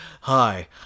hi